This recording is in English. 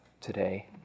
today